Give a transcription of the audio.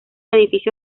edificio